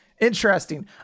interesting